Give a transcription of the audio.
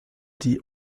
die